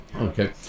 Okay